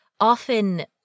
often